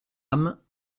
âme